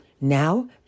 Now